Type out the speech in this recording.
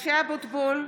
(קוראת בשמות חברי הכנסת) משה אבוטבול,